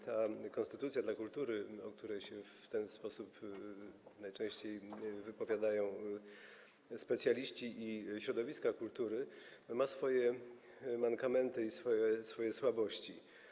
Ta konstytucja dla kultury, o której się w ten sposób najczęściej wypowiadają specjaliści i środowiska kultury, ma swoje mankamenty i swoje słabości.